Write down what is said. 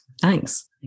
thanks